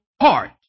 heart